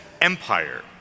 Empire